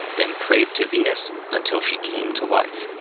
then prayed to venus until she came to life.